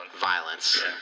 Violence